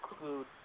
include